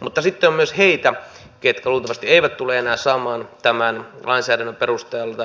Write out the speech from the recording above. mutta sitten on myös heitä ketkä luultavasti eivät tule enää saamaan tämän